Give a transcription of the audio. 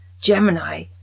Gemini